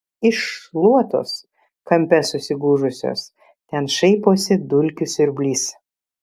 iš šluotos kampe susigūžusios ten šaiposi dulkių siurblys